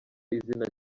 izina